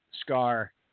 Scar